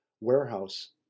warehouse